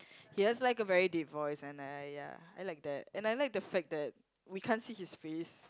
he has like a very deep voice and I ya I like that and I like the fact that we can't see his face